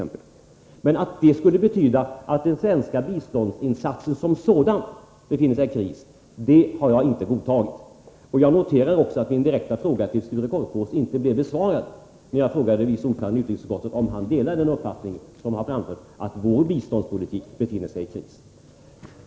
Men att det skulle betyda att den svenska biståndsinsatsen som sådan befinner sig i kris har jag inte godtagit. Jag noterade också att Sture Korpås inte besvarade min direkta fråga till vice ordföranden i utrikesutskottet om han delar den uppfattning som här har framförts, att vår biståndspolitik befinner sig i kris.